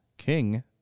King